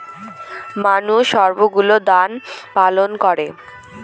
মানুষ সবগুলো দায় পালন করে